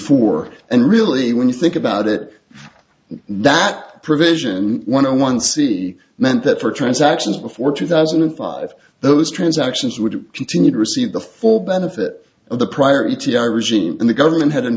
four and really when you think about it that provision one o one c meant that for transactions before two thousand and five those transactions would continue to receive the full benefit of the prior regime and the government had